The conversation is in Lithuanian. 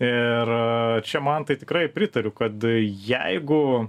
ir čia mantai tikrai pritariu kad jeigu